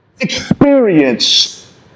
experience